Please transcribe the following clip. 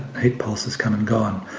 heat pulse has come and gone.